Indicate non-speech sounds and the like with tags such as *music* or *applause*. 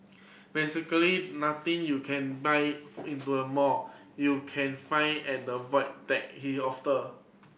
basically nothing you can buy into a mall you can find at the Void Deck he *unintelligible*